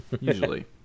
Usually